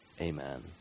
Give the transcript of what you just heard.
Amen